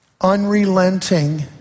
unrelenting